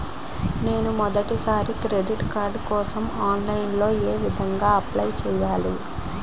నేను మొదటిసారి credit card కోసం ఆన్లైన్ లో ఏ విధంగా అప్లై చేయాలి?